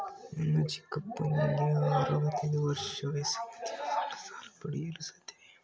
ನನ್ನ ಚಿಕ್ಕಪ್ಪನಿಗೆ ಅರವತ್ತು ವರ್ಷ ವಯಸ್ಸಾಗಿದೆ ಅವರು ಸಾಲ ಪಡೆಯಲು ಸಾಧ್ಯವೇ?